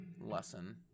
lesson